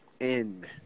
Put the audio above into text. end